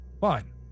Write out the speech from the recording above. Fine